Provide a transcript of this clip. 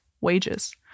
wages